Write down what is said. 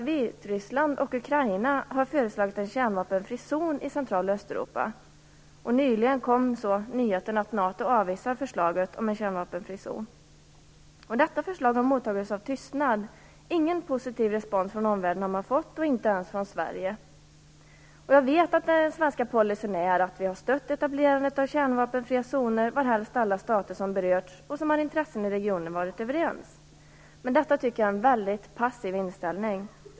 Vitryssland och Ukraina har föreslagit en kärnvapenfri zon i centrala Östeuropa. Nyligen kom nyheten att NATO avvisar detta förslag. Förslaget har mottagits med tystnad. Man har inte fått någon positiv respons från omvärlden, inte ens från Sverige. Jag vet att den svenska policyn har varit att vi har stött etablerandet av kärnvapenfria zoner varhelst alla stater som har berörts och som har intressen i regionen har varit överens. Det tycker jag är en väldigt passiv inställning.